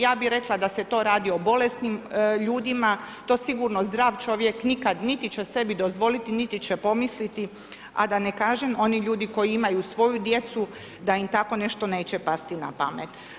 Ja bih rekla da se to radi o bolesnim ljudima, to sigurno zdrav čovjek nikad niti će sebi dozvoliti niti će pomisliti, a da ne kažem oni ljudi koji imaju svoju djecu, da im tako nešto neće pasti na pamet.